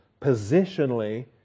Positionally